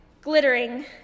glittering